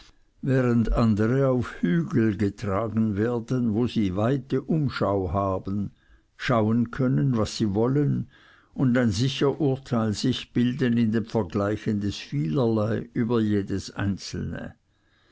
während andere auf hügel getragen werden wo sie weite umschau haben schauen können was sie wollen und ein sicher urteil sich bilden in dem vergleichen des vielerlei über jedes einzelne